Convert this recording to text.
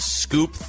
scoop